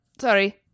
sorry